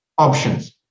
Options